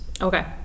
Okay